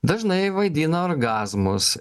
dažnai vaidina orgazmus